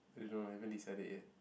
I really don't know haven't decided yet